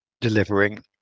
delivering